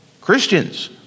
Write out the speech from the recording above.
Christians